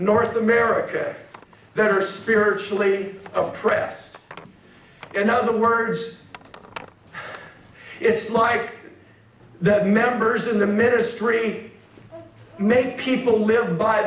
north america that are spiritually oppressed in other words it's like the members in the ministry make people live b